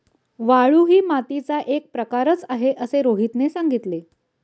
वाळू ही मातीचा एक प्रकारच आहे असे रोहितने सांगितले